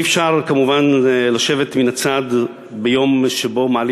אי-אפשר כמובן לשבת מן הצד ביום שבו מעלים